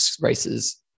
races